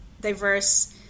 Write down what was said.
diverse